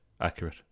accurate